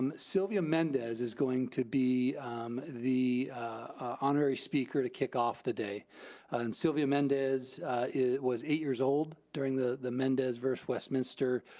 um sylvia mendez is going to be the honorary speaker to kick off the day and sylvia mendez was eight years old during the the mendez versus west minster,